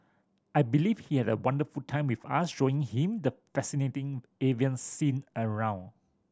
I believe he had a wonderful time with us showing him the fascinating avian scene around